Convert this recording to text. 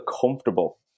comfortable